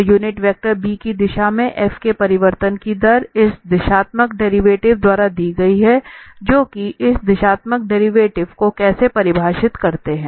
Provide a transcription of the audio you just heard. तो unit vector b की दिशा में f के परिवर्तन की दर इस दिशात्मक डेरिवेटिव द्वारा दी गई है जो कि इस दिशात्मक डेरिवेटिव को कैसे परिभाषित करते हैं